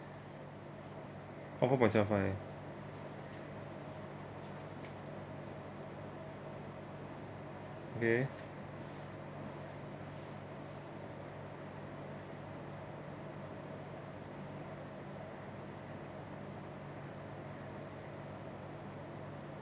oh four point seven five okay